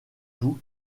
tout